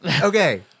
Okay